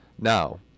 Now